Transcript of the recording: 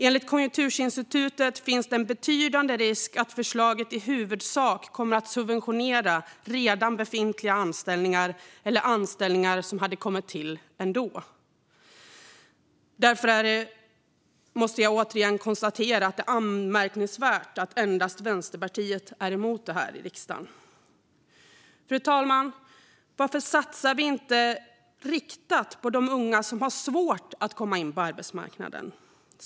Enligt Konjunkturinstitutet finns det en betydande risk att förslaget i huvudsak kommer att subventionera redan befintliga anställningar eller anställningar som hade kommit till ändå. Därför måste jag återigen konstatera att det är anmärkningsvärt att endast Vänsterpartiet är emot det här i riksdagen. Fru talman! Varför satsar vi inte riktat på de unga som har svårt att komma in på arbetsmarknaden?